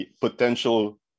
potential